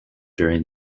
during